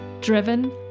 driven